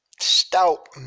stout